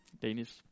Danish